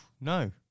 No